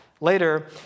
Later